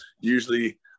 usually